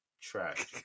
trash